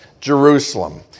Jerusalem